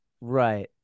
Right